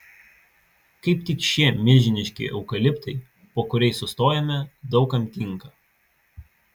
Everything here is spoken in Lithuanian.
kaip tik šie milžiniški eukaliptai po kuriais sustojome daug kam tinka